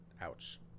Ouch